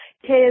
kids